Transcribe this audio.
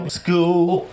school